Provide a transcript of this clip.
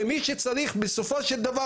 מי שצריך בסופו של דבר,